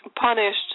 punished